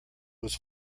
was